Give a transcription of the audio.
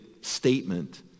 statement